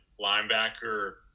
linebacker